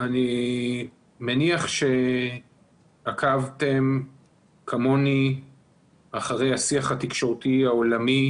אני מניח שעקבתם כמוני אחרי השיח התקשורתי העולמי